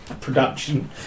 production